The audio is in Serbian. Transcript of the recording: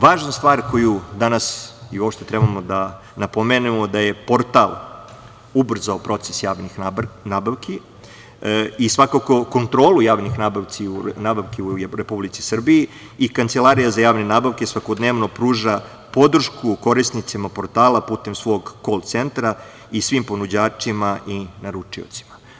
Važna stvar koju danas treba da napomenemo je da je portal ubrzao proces javnih nabavki i svakako kontrolu javnih nabavki u Republici Srbiji i Kancelarija za javne nabavke svakodnevno pruža podršku korisnicima portala putem svog kol centra i svim ponuđačima i naručiocima.